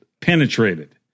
penetrated